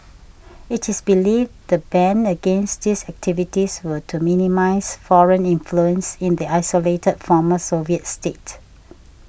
it is believed the ban against these activities were to minimise foreign influence in the isolated former Soviet state